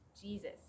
Jesus